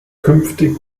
künftig